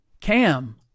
Cam